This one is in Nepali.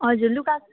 हजुर लुगा